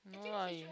no lah you